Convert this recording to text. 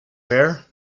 fair